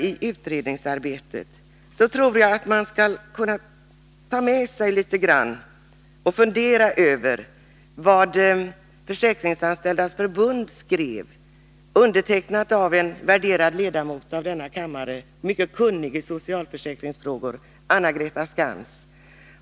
När utredningsarbetet nu skall gå vidare tror jag att man kan fundera över vad Försäkringsanställdas förbund skrev, undertecknat av en värderad f. d. ledamot av denna kammare, mycket kunnig i socialförsäkringsfrågor, nämligen Anna-Greta Skantz.